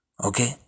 Okay